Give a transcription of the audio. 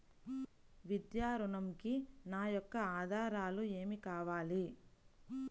విద్యా ఋణంకి నా యొక్క ఆధారాలు ఏమి కావాలి?